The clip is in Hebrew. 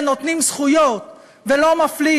ונותנים זכויות ולא מפלים.